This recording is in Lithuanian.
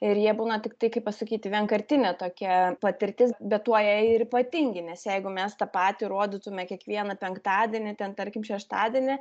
ir jie būna tiktai kaip pasakyti vienkartinė tokia patirtis bet tuo jie ir ypatingi nes jeigu mes tą patį rodytume kiekvieną penktadienį ten tarkim šeštadienį